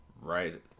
right